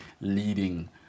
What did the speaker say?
leading